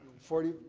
forty